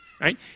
right